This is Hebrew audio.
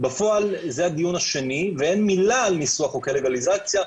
בפועל זה הדיון השני ואין מילה על ניסוח חוק הלגליזציה,